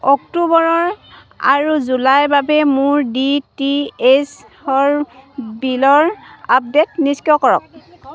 অক্টোবৰ আৰু জুলাইৰ বাবে মোৰ ডি টি এইচৰ বিলৰ আপডেট নিষ্ক্ৰিয় কৰক